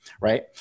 right